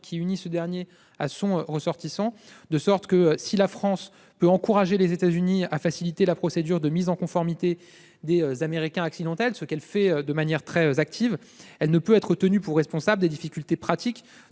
qui unit ce dernier à son ressortissant. Si la France peut encourager les États-Unis à faciliter la procédure de mise en conformité des Américains accidentels, ce qu'elle fait de manière très active, elle ne peut donc être tenue pour responsable des difficultés pratiques